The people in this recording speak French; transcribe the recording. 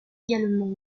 également